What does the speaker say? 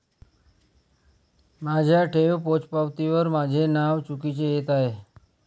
माझ्या ठेव पोचपावतीवर माझे नाव चुकीचे येत आहे